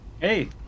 Hey